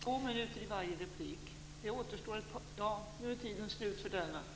Varje replik får vara två minuter, och nu är Elisabeth Fleetwoods talartid slut.